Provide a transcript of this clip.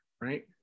right